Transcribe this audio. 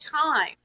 time